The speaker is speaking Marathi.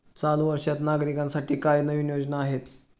चालू वर्षात नागरिकांसाठी काय नवीन योजना आहेत?